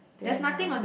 then uh